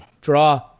Draw